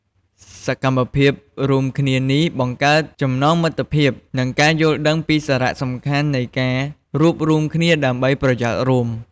សកម្មភាពរួមគ្នានេះបង្កើតចំណងមិត្តភាព និងការយល់ដឹងពីសារៈសំខាន់នៃការរួបរួមគ្នាដើម្បីប្រយោជន៍រួម។